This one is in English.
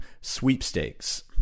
sweepstakes